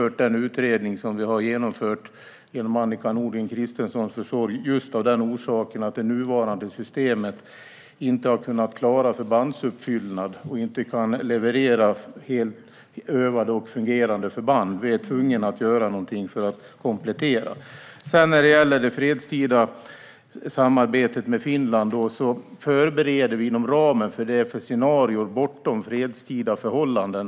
Regeringen har genom Annika Nordgren Christensens försorg låtit göra en utredning med tanke på att det nuvarande systemet inte har klarat förbandsuppfyllnad och inte levererat övade och fungerande förband. Vi är tvungna att göra något så att det går att komplettera. Inom ramen för det fredstida samarbetet med Finland förbereder vi för scenarier bortom fredstida förhållanden.